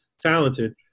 talented